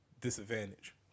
disadvantage